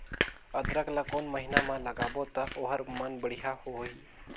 अदरक ला कोन महीना मा लगाबो ता ओहार मान बेडिया होही?